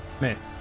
Miss